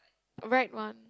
right one